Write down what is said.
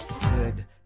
good